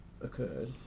occurred